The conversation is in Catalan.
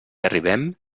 arribem